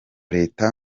leta